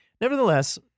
Nevertheless